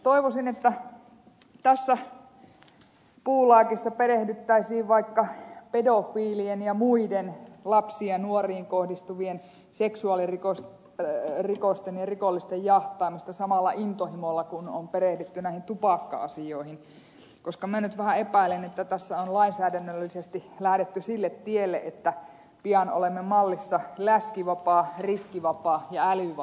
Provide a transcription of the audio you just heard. toivoisin että tässä puulaakissa perehdyttäisiin vaikka pedofiilien ja muiden lapsiin ja nuoriin kohdistuvien seksuaalirikosten ja rikollisten jahtaamiseen samalla intohimolla kuin on perehdytty näihin tupakka asioihin koska minä nyt vähän epäilen että tässä on lainsäädännöllisesti lähdetty sille tielle että pian olemme mallissa läskivapaa riskivapaa ja älyvapaa suomi